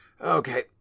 Okay